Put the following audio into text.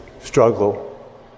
struggle